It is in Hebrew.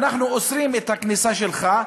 אנחנו אוסרים את הכניסה שלך,